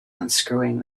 unscrewing